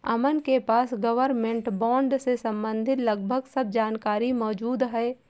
अमन के पास government bond से सम्बंधित लगभग सब जानकारी मौजूद है